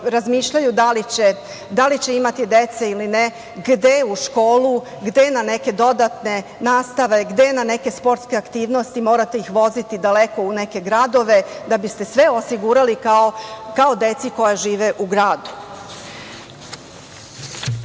da li će imati dece ili ne, gde u školu, gde na neke dodatne nastave, gde na neke sportske aktivnosti, morate ih voziti daleko u neke gradove, da biste sve osigurali kao deci koja žive u gradu. Ako